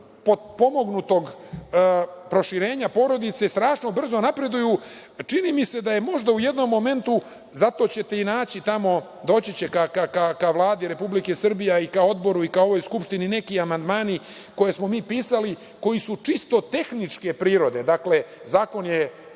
potpomognutog proširenja porodice strašno brzo napreduju, čini mi se da je možda u jednom momentu, zato ćete i naći tamo, doći će ka Vladi Republike Srbije, a i ka odboru i ka ovoj Skupštini neki amandmani koje smo mi pisali, koji su čisto tehničke prirode. Dakle, zakon je